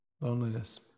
Loneliness